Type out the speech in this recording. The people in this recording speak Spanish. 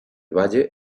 valle